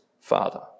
Father